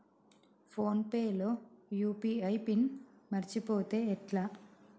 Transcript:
Phone pay లో UPI PIN మరచిపోతే ఎట్లా?